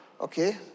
okay